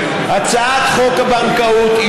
הצעת חוק הבנקאות,